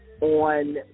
on